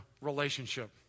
relationship